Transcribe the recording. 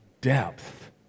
depth